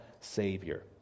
Savior